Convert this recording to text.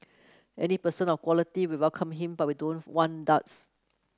any person of quality we welcome him but we don't want duds